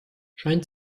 scheint